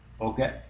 Okay